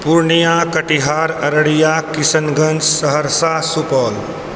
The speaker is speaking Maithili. पूर्णिया कटिहार अररिया किशनगंज सहरसा सुपौल